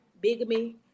bigamy